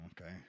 Okay